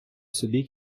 собі